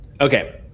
Okay